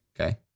Okay